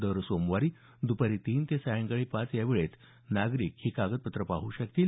दर सोमवारी दुपारी तीन ते सायंकाळी पाच या वेळेत नागरिक ही कागदपत्रं पाहू शकतील